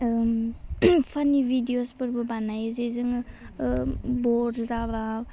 पानि भिडिअसफोरबो बानायो जे जोङो बर जाबा